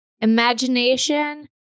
imagination